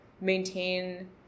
maintain